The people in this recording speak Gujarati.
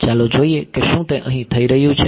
ચાલો જોઈએ કે શું તે અહીં થઈ રહ્યું છે